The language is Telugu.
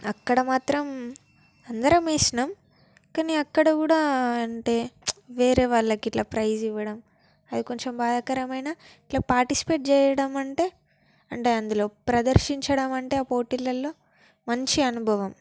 అక్కడ మాత్రం అందరం వేసినాం కానీ అక్కడ కూడా అంటే వేరే వాళ్ళకిట్లా ప్రైస్ ఇవ్వడం అది కొంచెం బాధాకరమైనా ఇట్లా పార్టిసిపేట్ చేయడం అంటే అంటే అందులో ప్రదర్శించడం అంటే ఆ పోటీలల్లో మంచి అనుభవం